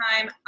time